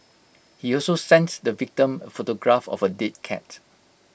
he also sent the victim A photograph of A dead cat